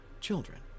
children